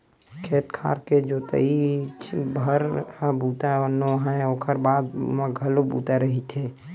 खेत खार के जोतइच भर ह बूता नो हय ओखर बाद म घलो बूता रहिथे